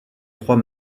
trois